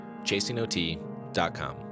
ChasingOT.com